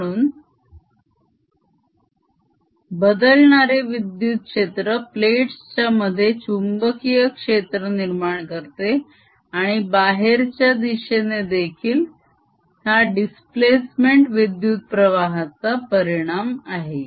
म्हणून बदलणारे विद्युत क्षेत्र प्लेट्स मध्ये चुंबकीय क्षेत्र निर्माण करते आणि बाहेरच्या दिशेने देखील हा दिस्प्लेसमेंट विद्युत प्रवाहाचा परिणाम आहे